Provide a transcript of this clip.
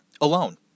alone